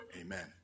amen